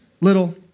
little